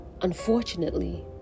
unfortunately